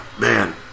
man